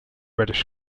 reddish